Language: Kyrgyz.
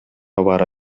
бара